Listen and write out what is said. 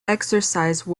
exercise